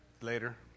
later